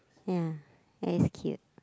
ya and it's cute